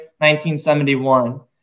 1971